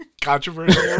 controversial